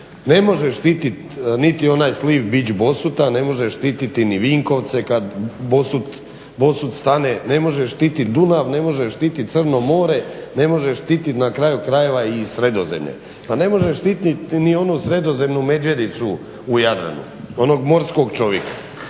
ne može štitit niti onaj sliv bič Bosuta, ne može štititi ni Vinkovce kad Bosut stane ne može štitit Dunav, ne može štitit Crno More, ne može štitit na kraju krajeva i Sredozemlje, a ne može štitit ni onu sredozemnu medvjedicu u Jadranu, onog morskog čovjeka.